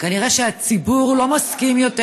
כנראה שהציבור לא מסכים יותר